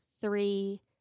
three